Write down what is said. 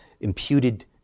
imputed